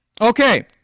Okay